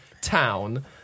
town